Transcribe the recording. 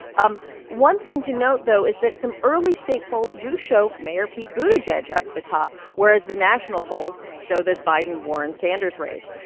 um one thing to note, though, is that some early state polls do show mayor pete buttigieg up at the top, whereas the national polls show this biden-warren-sanders race.